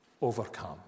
overcome